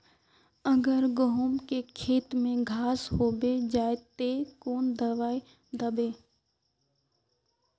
अगर गहुम के खेत में घांस होबे जयते ते कौन दबाई दबे?